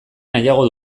nahiago